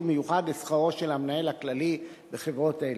מיוחד לשכרו של המנהל הכללי בחברות אלה.